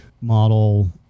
model